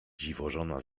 dziwożona